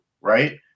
right